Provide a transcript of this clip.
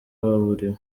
baburiwe